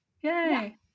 Yay